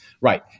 Right